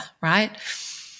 right